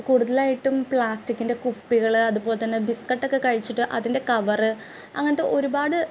ഇപ്പം കൂടുതലായിട്ടും പ്ലാസ്റ്റിക്കിൻ്റെ കുപ്പികൾ അത് പോലെ തന്നെ ബിസ്ക്കറ്റൊക്കെ കഴിച്ചിട്ട് അതിൻ്റെ കവറ് അങ്ങനത്തെ ഒരുപാട്